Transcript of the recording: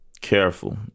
careful